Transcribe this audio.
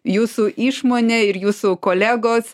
jūsų išmonė ir jūsų kolegos